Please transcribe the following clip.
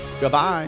Goodbye